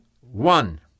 one